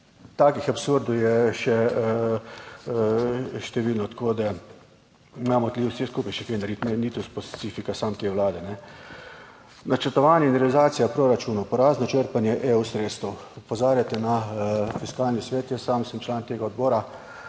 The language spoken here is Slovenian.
takih absurdov je še število, tako da imamo tu vsi skupaj še kaj narediti, ni to specifika samo te Vlade. Načrtovanje in realizacija proračunov, porazno črpanje EU sredstev. Opozarjate na Fiskalni svet, jaz sam sem član tega odbora,